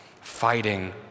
fighting